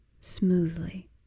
smoothly